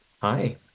Hi